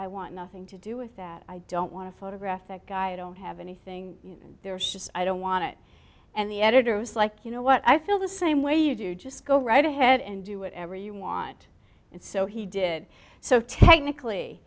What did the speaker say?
i want nothing to do with that i don't want to photograph that guy i don't have anything there's just i don't want it and the editor was like you know what i feel the same way you do you just go right ahead and do whatever you want and so he did so technically